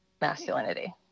masculinity